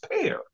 pair